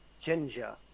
Ginger